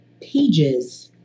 pages